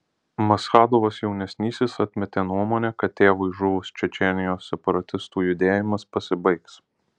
maschadovas jaunesnysis atmetė nuomonę kad tėvui žuvus čečėnijos separatistų judėjimas pasibaigs